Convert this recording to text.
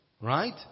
right